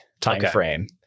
timeframe